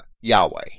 Yahweh